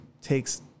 takes